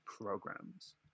programs